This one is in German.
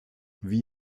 wie